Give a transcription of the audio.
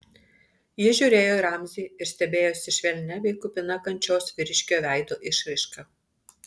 ji žiūrėjo į ramzį ir stebėjosi švelnia bei kupina kančios vyriškio veido išraiška